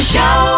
Show